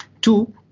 Two